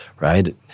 Right